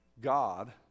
God